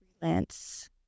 freelance